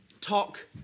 talk